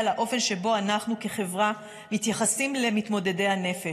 לאופן שבו אנחנו כחברה מתייחסים למתמודדי הנפש.